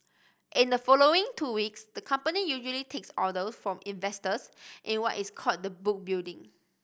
in the following two weeks the company usually takes orders from investors in what is called the book building